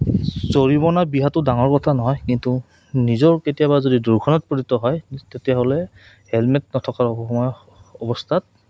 জৰিমনা বিহাটো ডাঙৰ কথা নহয় কিন্তু নিজৰ কেতিয়াবা যদি দুৰ্ঘটনাত পতিত হয় তেতিয়াহ'লে হেলমেট নথকাৰ সময় অৱস্থাত